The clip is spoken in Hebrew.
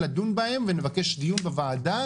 לדון בהם ונבקש דיון בוועדה,